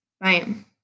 Bam